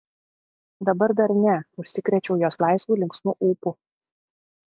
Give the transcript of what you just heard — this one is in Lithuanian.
dabar dar ne užsikrėčiau jos laisvu linksmu ūpu